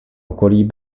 okolí